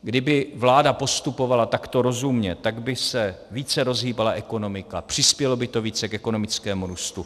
Kdyby vláda postupovala takto rozumně, tak by se více rozhýbala ekonomika, přispělo by to více k ekonomickému růstu.